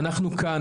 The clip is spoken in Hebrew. אנחנו כאן.